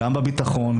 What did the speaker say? גם בביטחון,